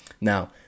now